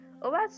Over